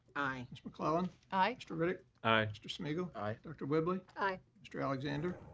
aye. ms. mcclellan. aye. mr. riddick. aye. mr. smigiel. aye. dr. whibley. aye. mr. alexander.